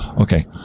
Okay